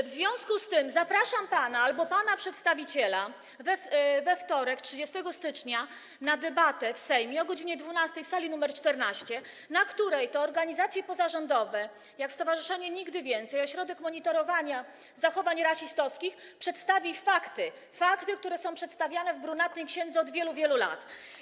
W związku z tym zapraszam pana albo pana przedstawiciela we wtorek 30 stycznia o godz. 12 na debatę w Sejmie w sali nr 14, na której to debacie organizacje pozarządowe, jak Stowarzyszenie „Nigdy więcej”, i ośrodek monitorowania zachowań rasistowskich przedstawią fakty - fakty, które są przedstawiane w brunatnej księdze od wielu, wielu lat.